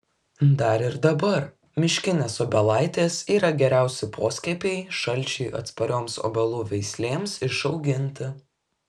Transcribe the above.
dar ir dabar miškinės obelaitės yra geriausi poskiepiai šalčiui atsparioms obelų veislėms išauginti